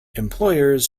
employers